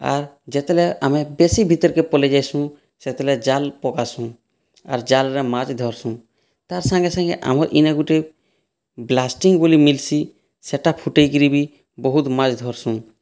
ଆର୍ ଯେତେଲେ ଆମେ ବେଶି ଭିତରକେ ପଲାଇ ଯାଇସୁଁ ସେତେଲେ ଜାଲ୍ ପକାସୁଁ ଆର୍ ଜାଲ୍ ରେ ମାଛ ଧରସୁଁ ତା ସାଙ୍ଗେ ସାଙ୍ଗେ ଆମର ଇନେ ଗୋଟିଏ ବ୍ଲାଷ୍ଟିଂ ବୋଲି ମିଲସି ସେହିଟା ଫୁଟାଇକିରି ବି ବହୁତ୍ ମାଛ୍ ଧରସୁଁ